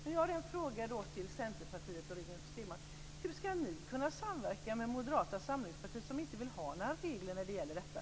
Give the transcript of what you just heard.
Men jag har en fråga till Centerpartiet och Rigmor Stenmark: Hur ska ni kunna samverka med Moderata samlingspartiet som inte vill ha några regler när det gäller detta?